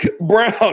Brown